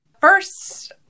First